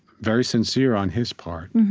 very sincere on his part.